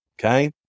okay